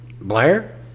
Blair